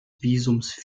visums